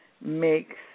makes